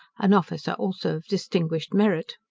an officer also of distinguished merit.